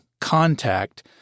Contact